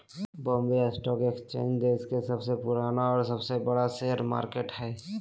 Bombay stock exchange देश के सबसे पुराना और सबसे बड़ा शेयर मार्केट हइ